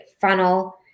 funnel